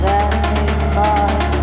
anymore